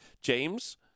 James